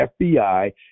FBI